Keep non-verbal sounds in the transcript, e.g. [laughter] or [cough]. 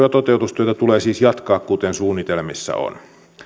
[unintelligible] ja toteutustyötä tulee siis jatkaa kuten suunnitelmissa on